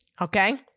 Okay